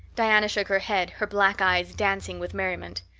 diana shook her head, her black eyes dancing with merriment.